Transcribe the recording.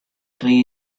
tree